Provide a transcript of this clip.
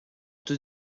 deux